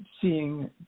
seeing